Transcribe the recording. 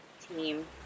team